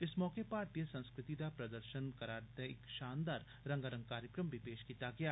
इस मौके मारतीय संस्कृति दा प्रदर्शन करदा इक शानदार रंगारंग कारक्रम बी पेश कीता गेआ